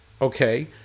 okay